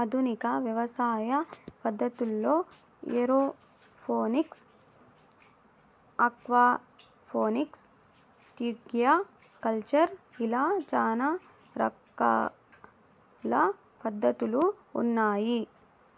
ఆధునిక వ్యవసాయ పద్ధతుల్లో ఏరోఫోనిక్స్, ఆక్వాపోనిక్స్, టిష్యు కల్చర్ ఇలా చానా రకాల పద్ధతులు ఉన్నాయి